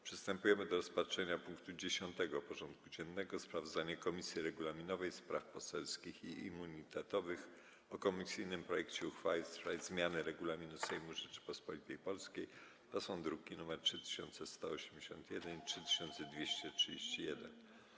Przystępujemy do rozpatrzenia punktu 10. porządku dziennego: Sprawozdanie Komisji Regulaminowej, Spraw Poselskich i Immunitetowych o komisyjnym projekcie uchwały w sprawie zmiany Regulaminu Sejmu Rzeczypospolitej Polskiej (druki nr 3181 i 3231)